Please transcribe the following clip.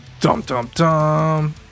Dum-dum-dum